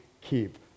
keep